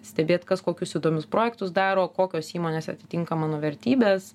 stebėt kas kokius įdomius projektus daro kokios įmonės atitinka mano vertybes